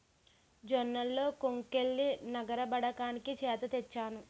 జొన్నల్లో కొంకుల్నె నగరబడ్డానికి చేట తెచ్చాను